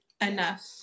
enough